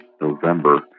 November